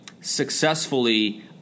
successfully